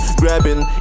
grabbing